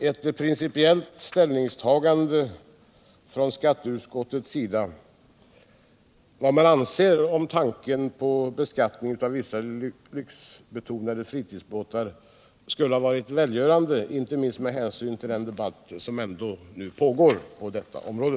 Ett principiellt ställningstagande från skatteutskottet till tanken på beskattning av vissa lyxbetonade fritidsbåtar skulle ha varit välgörande, inte minst med hänsyn till den debatt som ändå pågår på detta område.